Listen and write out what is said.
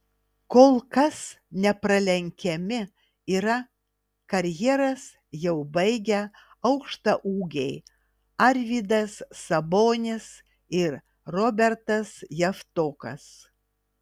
kol kas nepralenkiami yra karjeras jau baigę aukštaūgiai arvydas sabonis ir robertas javtokas